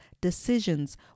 decisions